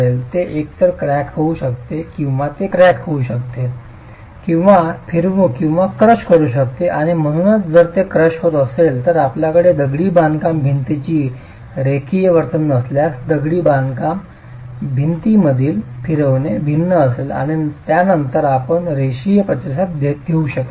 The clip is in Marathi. ते एकतर क्रॅक होऊ शकते किंवा ते क्रॅक होऊ शकते किंवा फिरवू किंवा क्रश करू शकते आणि म्हणूनच जर ते क्रश होत असेल तर आपल्याकडे दगडी बांधकाम भिंतीची रेखीय वर्तन नसल्यास दगडी बांधकाम भिंतीमधील फिरविणे भिन्न असेल आणि त्यानंतर आपण रेषीय प्रतिसाद घेऊ शकत नाही